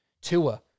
Tua